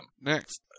Next